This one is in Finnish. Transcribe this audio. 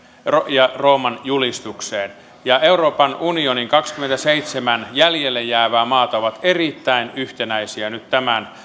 ja rooman julistukseen euroopan unionin kahdellekymmenelleseitsemälle jäljelle jäävää maata ovat erittäin yhtenäisesti nyt tämän